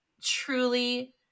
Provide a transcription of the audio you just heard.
truly